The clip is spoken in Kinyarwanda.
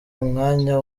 umwanya